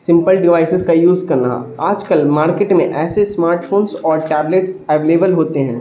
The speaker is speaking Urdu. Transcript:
سمپل ڈیوائسیز کا یوز کرنا آج کل مارکیٹ میں ایسے اسمارٹ فونس اور ٹیبلیٹس اویلیبل ہوتے ہیں